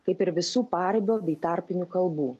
kaip ir visų paribio bei tarpinių kalbų